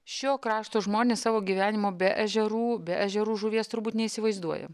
šio krašto žmonės savo gyvenimo be ežerų be ežerų žuvies turbūt neįsivaizduoja